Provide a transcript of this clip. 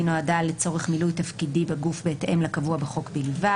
נועדה לצורך מילוי תפקידי בגוף בהתאם לקבוע בחוק בלבד,